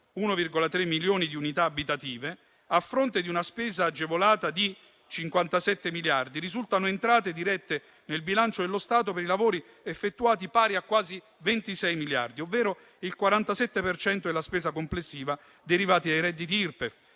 1,3 milioni di unità abitative. A fronte di una spesa agevolata di 57 miliardi, risultano entrate dirette nel bilancio dello Stato per i lavori effettuati pari a quasi 26 miliardi, ovvero il 47 per cento della spesa complessiva, derivate dai redditi Irpef